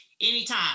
Anytime